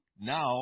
now